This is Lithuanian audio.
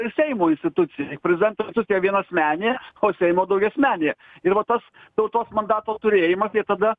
ir seimo institucija prezidento institucija vienasmenė o seimo daugiaasmenė ir va tas tautos mandato turėjimas jie tada